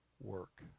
work